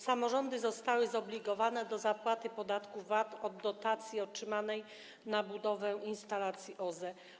Samorządy zostały zobligowane do zapłaty podatku VAT od dotacji otrzymanej na budowę instalacji OZE.